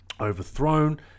overthrown